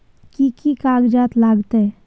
कि कि कागजात लागतै?